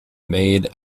made